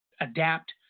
adapt